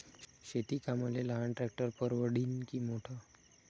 शेती कामाले लहान ट्रॅक्टर परवडीनं की मोठं?